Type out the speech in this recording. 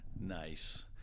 Nice